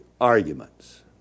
arguments